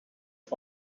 are